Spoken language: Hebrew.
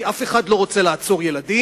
כי אף אחד לא רוצה לעצור ילדים,